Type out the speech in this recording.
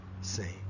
say